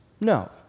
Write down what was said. no